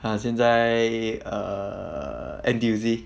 他现在 err N_T_U_C